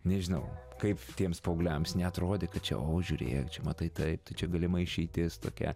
nežinau kaip tiems paaugliams neatrodė kad čia o žiūrėk čia matai taip tai čia galima išeitis tokia